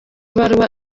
ibaruwa